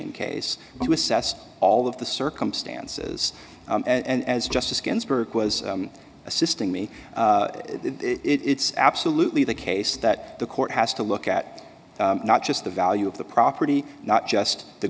in case you assessed all of the circumstances and as justice ginsburg was assisting me it's absolutely the case that the court has to look at not just the value of the property not just the